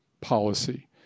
policy